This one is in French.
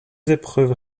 épreuves